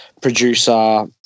producer